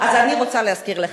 אז אני רוצה להזכיר לך,